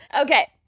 okay